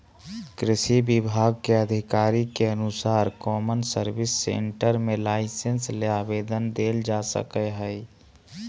कृषि विभाग के अधिकारी के अनुसार कौमन सर्विस सेंटर मे लाइसेंस ले आवेदन देल जा सकई हई